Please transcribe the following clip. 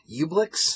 Ublix